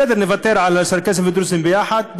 בסדר, נוותר על, צ'רקסים ודרוזים ביחד?